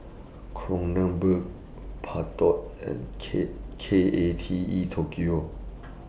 Kronenbourg Bardot and K K A T E Tokyo